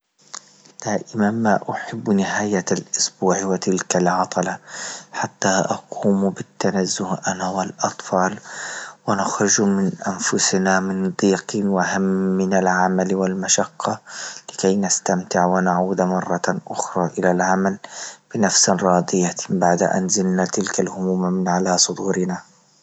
دائما ما أحب نهاية أسبوعي وتلك العطلة حتى أقوم بالتنزه أما ولأطفال ونخرج من أنفسنا من ضيق وهم من العمل والمشقة لكي نستمتع ونعود مرة أخرى إلى العمل بنفس راضية بعد أن زلنا تلك الهموم من على صدورنا.